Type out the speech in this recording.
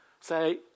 Say